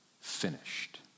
finished